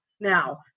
now